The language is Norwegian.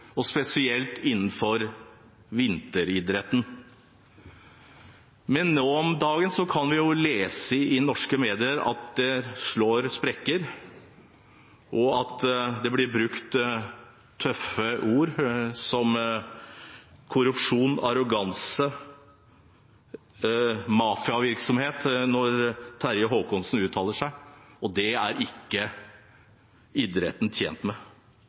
og spesielt innenfor vinteridretten. Men nå om dagen kan vi lese i norske medier at det slår sprekker, og at det blir brukt tøffe ord som korrupsjon, arroganse, mafiavirksomhet, når Terje Håkonsen uttaler seg, og det er ikke idretten tjent med.